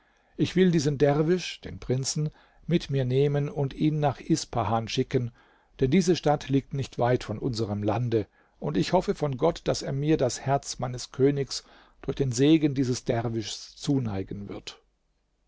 ich will diesen derwisch den prinzen mit mir nehmen und ihn nach ispahan schicken denn diese stadt liegt nicht weit von unserm lande und ich hoffe von gott daß er mir das herz meines königs durch den segen dieses derwischs zuneigen wird